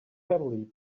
heavily